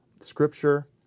scripture